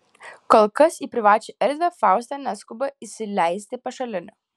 kol kas į privačią erdvę fausta neskuba įsileisti pašalinių